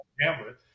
Hamlet